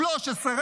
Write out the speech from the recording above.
13,